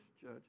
judge